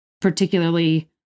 particularly